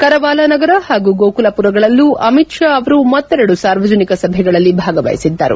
ಕರವಾಲ ನಗರ ಹಾಗೂ ಗೋಕುಲಮರಗಳಲ್ಲೂ ಅಮಿತ್ ಶಾ ಅವರು ಮತ್ತೆರಡು ಸಾರ್ವಜನಿಕ ಸಭೆಗಳಲ್ಲಿ ಭಾಗವಹಿಸಿದ್ದರು